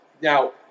now